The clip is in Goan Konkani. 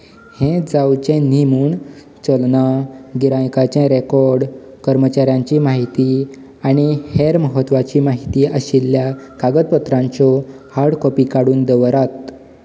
हें जावचें न्ही म्हूण चलनां गिरायकांचे रॅकॉर्ड कर्मचाऱ्यांची म्हायती आनी हेर म्हत्वाची म्हायती आशिल्ल्या कागदपत्रांच्यो हार्ड कॉपी काडून दवरात